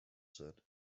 said